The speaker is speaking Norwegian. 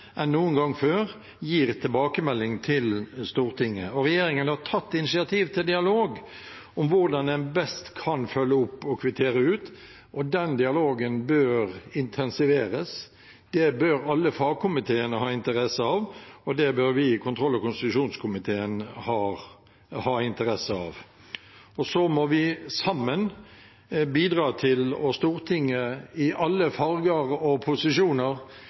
enn noen gang før gir tilbakemelding til Stortinget. Regjeringen har tatt initiativ til en dialog om hvordan en best kan følge opp og kvittere ut, og den dialogen bør intensiveres. Det bør alle fagkomiteene ha interesse av, og det bør vi i kontroll- og konstitusjonskomiteen ha interesse av. Så må Stortinget sammen, i alle farger og posisjoner, bidra til at anmodningsvedtak får tilbake sin reelle og